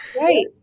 Right